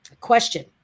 question